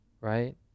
right